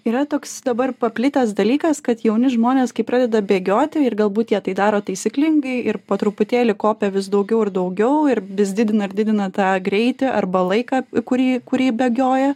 yra toks dabar paplitęs dalykas kad jauni žmonės kai pradeda bėgioti ir galbūt jie tai daro taisyklingai ir po truputėlį kopia vis daugiau ir daugiau ir vis didina ir didina tą greitį arba laiką kurį kurį bėgioja